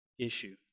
issue